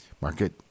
Market